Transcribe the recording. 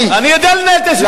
אני יודע לנהל את הישיבות.